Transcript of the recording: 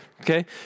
Okay